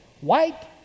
white